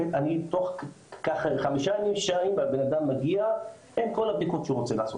תוך חמישה ימים והבן-אדם מגיע עם כל הבדיקות שהוא רוצה לעשות.